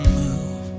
move